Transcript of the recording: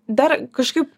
dar kažkaip